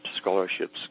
scholarships